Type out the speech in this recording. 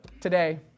Today